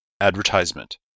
Advertisement